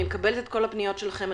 אני מקבלת את כל הפניות שלכם,